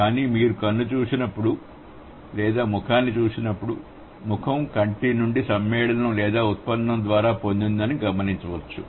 కానీ మీరు కన్ను చూసినప్పుడు లేదా ముఖాన్ని చూసినప్పుడు ముఖం కంటి నుండి సమ్మేళనం లేదా ఉత్పన్నం ద్వారా పొందిందని గమనించవచ్చు